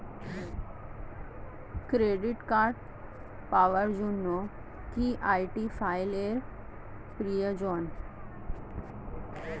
Credit card পাওয়ার জন্য কি আই.ডি ফাইল এর প্রয়োজন?